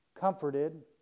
comforted